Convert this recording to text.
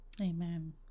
Amen